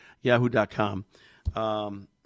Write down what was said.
Yahoo.com